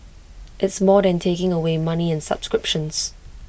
it's more than taking away money and subscriptions